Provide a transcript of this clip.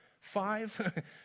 five